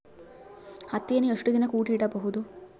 ಹತ್ತಿಯನ್ನು ಎಷ್ಟು ದಿನ ಕೂಡಿ ಇಡಬಹುದು?